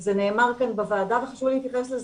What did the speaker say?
זה נאמר כאן בוועדה וחשוב להתייחס לזה,